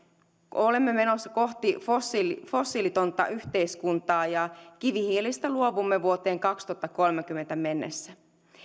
olemme menossa kohti fossiilitonta yhteiskuntaa ja kivihiilestä luovumme vuoteen kaksituhattakolmekymmentä mennessä